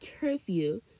curfew